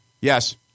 Yes